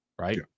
right